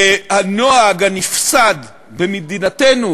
והנוהג הנפסד במדינתנו